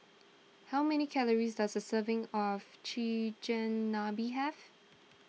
how many calories does a serving of Chigenabe have